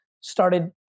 started